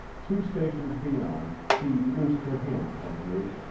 two stations beyond, she loosed her hand from his,